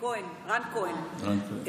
רן כהן ממרצ,